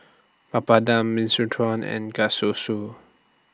Papadum Minestrone and